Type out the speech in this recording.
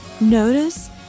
Notice